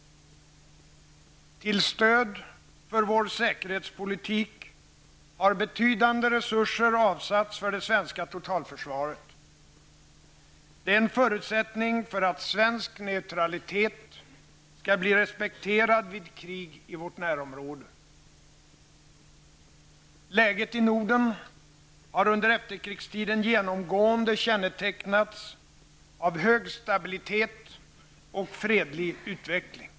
Till stöd för vår säkerhetspolitik har betydande resurser avsatts för det svenska totalförsvaret. Det är en förutsättning för att svensk neutralitet skall bli respekterad vid krig i vårt närområde. Läget i Norden har under efterkrigstiden genomgående kännetecknats av hög stabilitet och fredlig utveckling.